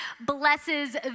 blesses